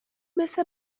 مثل